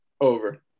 Over